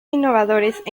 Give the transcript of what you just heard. innovadores